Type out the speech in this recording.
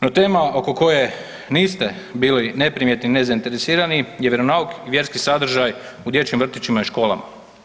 No, tema oko koje niste bili neprimjetni i nezainteresirani je vjeronauk i vjerski sadržaj u dječjim vrtićima i školama.